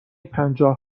پنجاه